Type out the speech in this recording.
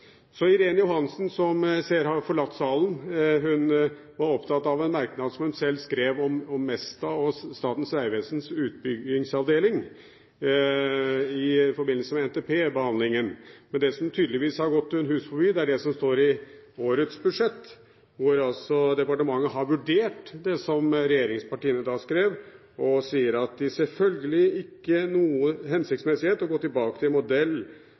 Irene Johansen, som jeg ser har forlatt salen: Hun var opptatt av en merknad som hun selv skrev om Mesta og Statens vegvesens utbyggingsavdeling i forbindelse med behandlingen av NTP. Men det som tydeligvis har gått henne hus forbi, er det som står i årets budsjett, hvor departementet har vurdert det som regjeringspartiene skrev og sier at det ikke er noe hensiktsmessig å gå tilbake til en modell